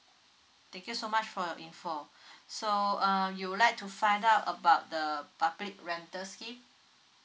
thank you so much for your info so uh you would like to find out about the public rental scheme